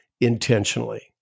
intentionally